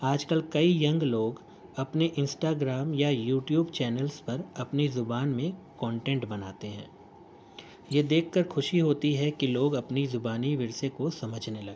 آج کل کئی یننگ لوگ اپنے انسٹاگرام یا یو ٹیوب چینلس پر اپنی زبان میں کانٹینٹ بناتے ہیں یہ دیکھ کر خوشی ہوتی ہے کہ لوگ اپنی زبانی ورثے کو سمجھنے لگے ہیں